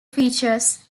features